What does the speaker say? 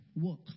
work